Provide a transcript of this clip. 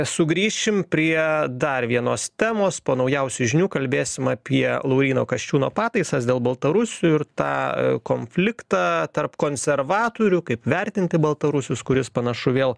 sugrįšim prie dar vienos temos po naujausių žinių kalbėsim apie lauryno kasčiūno pataisas dėl baltarusių ir tą a konfliktą tarp konservatorių kaip vertinti baltarusius kuris panašu vėl